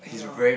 yeah